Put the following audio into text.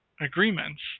agreements